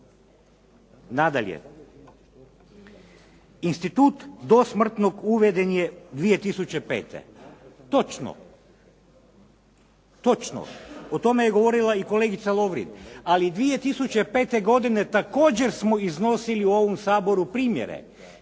Nadalje, institut dosmrtnog uveden je 2005. točno, točno, o tome je govorila i kolegica Lovrin ali 2005. godine također smo iznosili u ovom Saboru primjere,